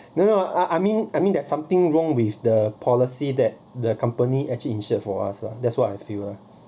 no no I I mean I mean there's something wrong with the policy that the company actually insured for us lah that's what I feel lah